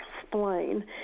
explain